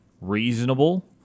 reasonable